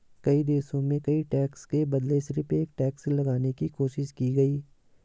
कई देशों में कई टैक्स के बदले सिर्फ एक टैक्स लगाने की कोशिश की गयी